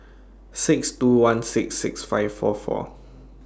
six two one six six five four four